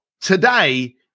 today